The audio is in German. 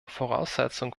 voraussetzung